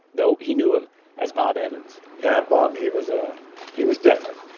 though he knew him as bob evans yeah, bob he was. ah he was different.